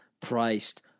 priced